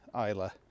Isla